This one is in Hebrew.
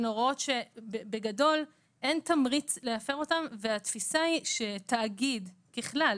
הן הוראות שבגדול אין תמריץ להפר אותן והתפיסה היא שתאגיד ככלל,